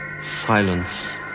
silence